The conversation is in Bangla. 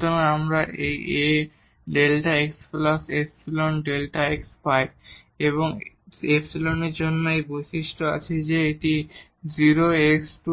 সুতরাং আমরা A Δ xϵ Δ x পাই এবং ϵ এর এই বৈশিষ্ট্য আছে যে এটি 0 x →